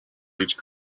each